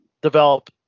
develop